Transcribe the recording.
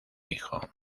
hijo